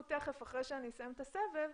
אחרי שאני אסיים את הסבב,